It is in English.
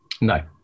No